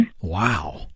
Wow